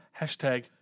hashtag